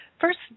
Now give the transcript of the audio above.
first